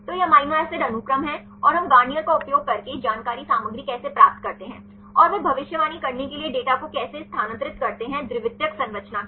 तो यह amino acid अनुक्रम है और हम गार्नियर का उपयोग करके जानकारी सामग्री कैसे प्राप्त करते हैं और वे भविष्यवाणी करने के लिए डेटा को कैसे स्थानांतरित करते हैं द्वितीयक संरचना की